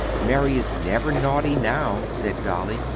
mary is never naughty now, said dolly.